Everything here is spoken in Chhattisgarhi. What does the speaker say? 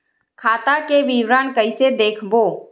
खाता के विवरण कइसे देखबो?